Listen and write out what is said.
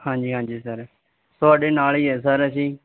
ਹਾਂਜੀ ਹਾਂਜੀ ਸਰ ਤੁਹਾਡੇ ਨਾਲ ਹੀ ਹੈ ਸਰ ਅਸੀਂ